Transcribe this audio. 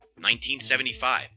1975